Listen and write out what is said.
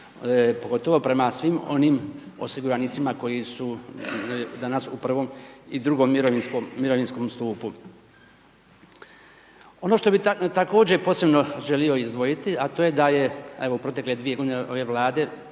pogotovo prema svim onim osiguranicima koji su danas u prvom i drugom mirovinskom stupu. Ono što bih također posebno želio izdvojiti, a to je da je, evo u protekle dvije godine ove Vlade